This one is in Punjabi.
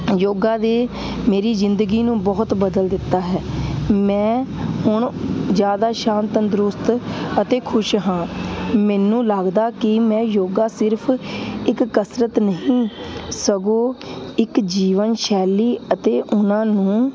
ਯੋਗਾ ਦੇ ਮੇਰੀ ਜ਼ਿੰਦਗੀ ਨੂੰ ਬਹੁਤ ਬਦਲ ਦਿੱਤਾ ਹੈ ਮੈਂ ਹੁਣ ਜ਼ਿਆਦਾ ਸ਼ਾਂਤ ਤੰਦਰੁਸਤ ਅਤੇ ਖੁਸ਼ ਹਾਂ ਮੈਨੂੰ ਲੱਗਦਾ ਕਿ ਮੈਂ ਯੋਗਾ ਸਿਰਫ਼ ਇੱਕ ਕਸਰਤ ਨਹੀਂ ਸਗੋਂ ਇੱਕ ਜੀਵਨ ਸ਼ੈਲੀ ਅਤੇ ਉਹਨਾਂ ਨੂੰ